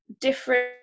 different